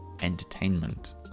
entertainment